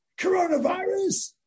coronavirus